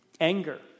anger